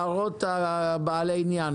הערות לבעלי עניין.